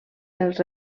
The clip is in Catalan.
els